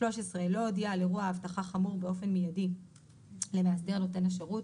לא הודיע על אירוע אבטחה חמור באופן מיידי למאסדר נותן השירות,